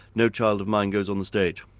no child of mine goes on the stage.